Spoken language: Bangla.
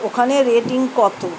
ওখানে রেটিং কত